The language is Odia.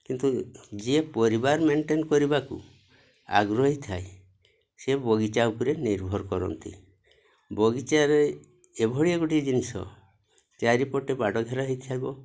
କିନ୍ତୁ ଯିଏ ପରିବାର ମେଣ୍ଟେନ୍ କରିବାକୁ ଆଗ୍ରହୀ ଥାଏ ସେ ବଗିଚା ଉପରେ ନିର୍ଭର କରନ୍ତି ବଗିଚାରେ ଏଭଳିଆ ଗୋଟିଏ ଜିନିଷ ଚାରିପଟେ ବାଡ଼ଘରା ହୋଇଥିବ